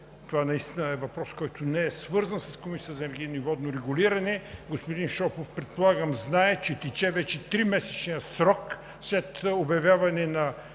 това наистина е въпрос, който не е свързан с Комисията за енергийно и водно регулиране. Господин Шопов предполагам знае, че тече вече 3-месечният срок след публикуване на